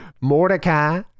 Mordecai